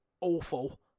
awful